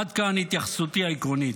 עד כאן התייחסותי העקרונית.